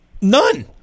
None